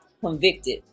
convicted